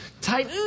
tight